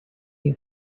you